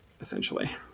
essentially